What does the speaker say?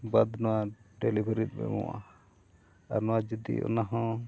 ᱵᱟᱫᱽ ᱱᱚᱣᱟ ᱞᱮ ᱮᱢᱚᱜᱼᱟ ᱟᱨ ᱱᱚᱣᱟ ᱡᱩᱫᱤ ᱚᱱᱟ ᱦᱚᱸ